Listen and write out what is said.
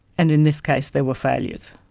and in this case there were failures.